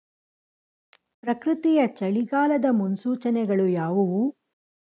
ಪ್ರಕೃತಿಯ ಚಳಿಗಾಲದ ಮುನ್ಸೂಚನೆಗಳು ಯಾವುವು?